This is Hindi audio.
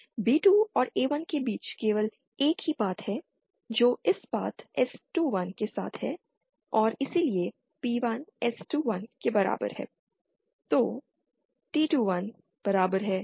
B2 और A1 के बीच केवल एक ही पाथ है जो इस पाथ S21 के साथ है और इसलिए P1 S 21 के बराबर है